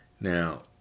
now